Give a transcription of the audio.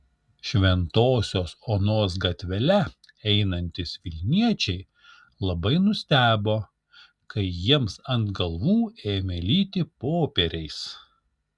šventosios onos gatvele einantys vilniečiai labai nustebo kai jiems ant galvų ėmė lyti popieriais